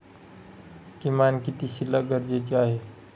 किमान किती शिल्लक गरजेची आहे?